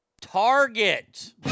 Target